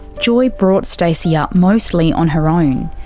joy brought stacey up mostly on her own.